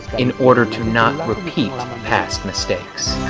in order to not repeat past mistakes.